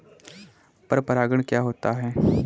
पर परागण क्या होता है?